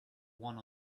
one